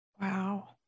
Wow